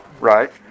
right